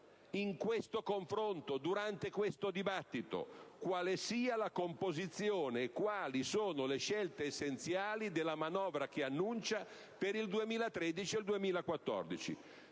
in questo confronto, durante questo dibattito, quale sia la composizione e le scelte essenziali della manovra che annuncia per il 2013-2014.